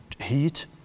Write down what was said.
heat